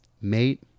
Mate